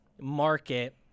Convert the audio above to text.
market